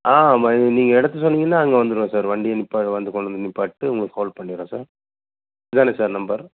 ஆ ம நீங்கள் இடத்த சொன்னீங்கன்னால் அங்கே வந்துவிடுவேன் சார் வண்டியை நிற்பா வந்து கொண்டு வந்து நிற்பாட்டு உங்களுக்கு கால் பண்ணிகிறேன் சார் இதுதான சார் நம்பர்